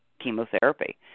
chemotherapy